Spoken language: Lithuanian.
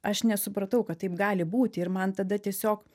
aš nesupratau kad taip gali būti ir man tada tiesiog